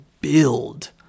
build